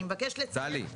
אני מבקשת לציין,